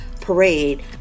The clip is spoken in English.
parade